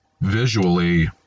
Visually